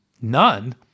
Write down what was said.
None